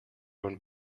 own